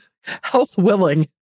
health-willing